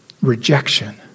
rejection